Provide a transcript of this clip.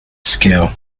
scale